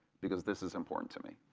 because this is important to me.